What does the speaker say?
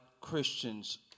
Christians